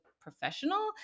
professional